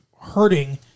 hurting